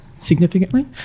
significantly